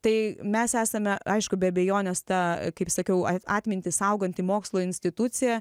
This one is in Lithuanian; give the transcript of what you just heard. tai mes esame aišku be abejonės ta kaip sakiau atmintį sauganti mokslo institucija